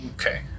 Okay